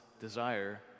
desire